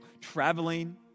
traveling